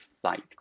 flight